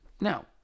Now